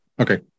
Okay